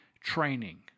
Training